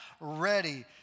ready